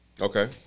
Okay